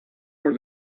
for